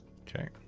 okay